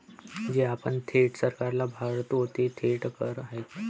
जे आपण थेट सरकारला भरतो ते थेट कर आहेत